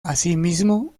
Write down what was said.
asimismo